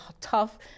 tough